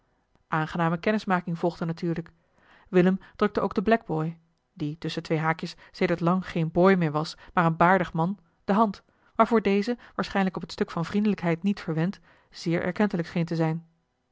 aangename kennismaking volgde natuurlijk willem drukte ook den blackboy die tusschen twee haakjes sedert lang geen boy meer was maar een baardig man de hand waarvoor deze waarschijnlijk op het stuk van vriendelijkheid niet verwend zeer erkentelijk scheen te zijn